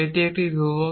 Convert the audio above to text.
এটি একটি ধ্রুবক